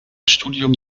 studium